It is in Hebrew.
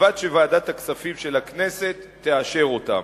ובלבד שוועדת הכספים של הכנסת תאשר אותם.